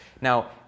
Now